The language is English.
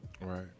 Right